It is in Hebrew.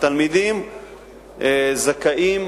התלמידים זכאים